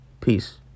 Peace